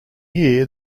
year